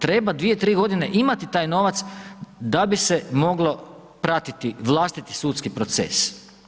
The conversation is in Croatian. Treba 2, 3 godine imati taj novac da bi se moglo pratiti vlastiti sudski proces.